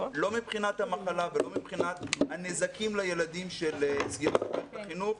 לא מבחינת המחלה ולא מבחינת הנזקים לילדים כשיסגרו את מערכת החינוך.